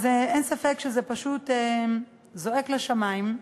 אז אין ספק שזה פשוט זועק לשמים,